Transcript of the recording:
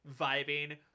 vibing